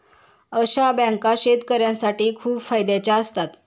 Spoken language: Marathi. अशा बँका शेतकऱ्यांसाठी खूप फायद्याच्या असतात